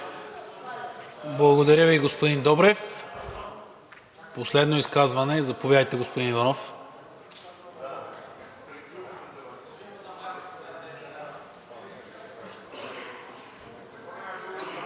Благодаря Ви, господин Добрев. Последно изказване – заповядайте, господин Иванов.